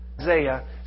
Isaiah